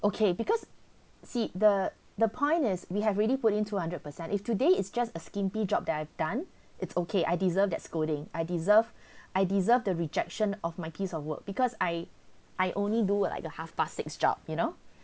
okay because see the the point is we have already put in two hundred percent if today is just a skimpy job that I've done it's okay I deserve that scolding I deserve I deserve the rejection of my piece of work because I I only do what like a half past six job you know